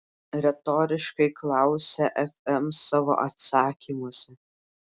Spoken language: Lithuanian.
retoriškai klausia fm savo atsakymuose